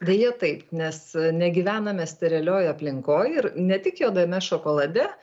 deja taip nes negyvename sterilioj aplinkoj ir ne tik juodame šokolade